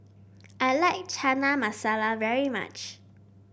I like Chana Masala very much